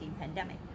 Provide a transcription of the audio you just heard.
pandemic